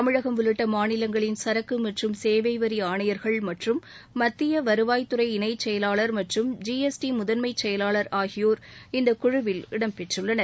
தமிழகம் உள்ளிட்ட மாநிலங்களின் சரக்கு மற்றும் சேவை வரி ஆணையர்கள் மற்றும் மத்திய வருவாய்த்துறை இணைச் செயவாளர் மற்றும் ஜிஎஸ்டி முதன்மைச் செயவாளர் ஆகியோர் இந்த குழுவில் இடம்பெற்றுள்ளனர்